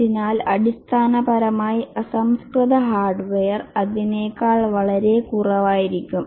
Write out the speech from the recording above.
അതിനാൽ അടിസ്ഥാനപരമായി അസംസ്കൃത ഹാർഡ്വെയർ അതിനേക്കാൾ വളരെ കുറവായിരിക്കും